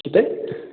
के चाहिँ